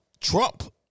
Trump